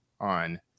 on